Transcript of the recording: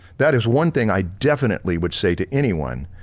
that is one thing i definitely would say to anyone,